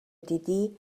دیدی